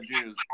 Jews